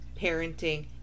parenting